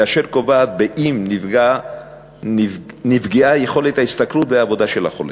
אשר קובעת אם נפגעה יכולת ההשתכרות והעבודה של החולה.